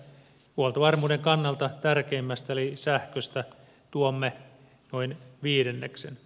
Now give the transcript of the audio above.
huoltovarmuuden kannalta tärkeimmästä eli sähköstä tuomme noin viidenneksen